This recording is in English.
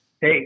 Hey